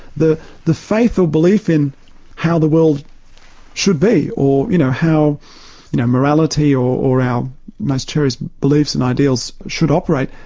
the the faith or belief in how the world should be, or you know how you know morality or or our most cherished beliefs and ideals should operate,